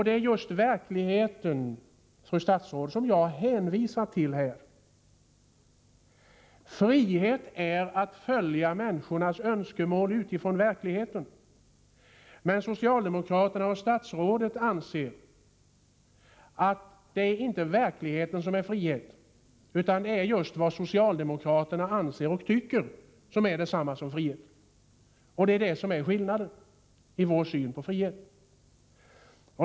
Det är just verkligheten, fru statsråd, som jag hänvisar till här. Frihet är att följa människornas önskemål utifrån verkligheten. Men statsrådet och socialdemokraterna över lag anser att det är inte verkligheten som är frihet utan det är just vad socialdemokraterna anser och tycker som är frihet. Det är det som är skillnaden i vår syn på frihet.